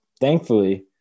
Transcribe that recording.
Thankfully